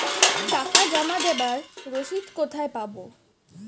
টাকা জমা দেবার রসিদ কোথায় পাব?